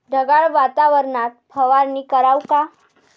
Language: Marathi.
ढगाळ वातावरनात फवारनी कराव का?